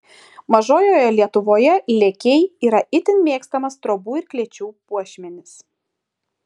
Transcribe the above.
mažojoje lietuvoje lėkiai yra itin mėgstamas trobų ir klėčių puošmenys